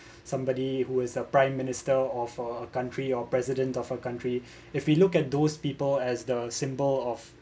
somebody who is the prime minister of a country or president of a country if we look at those people as the symbol of